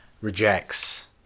rejects